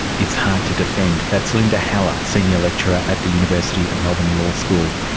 it's hard to defend. that's linda haller, senior lecturer at the university of melbourne law school.